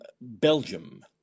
Belgium